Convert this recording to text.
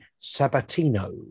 Sabatino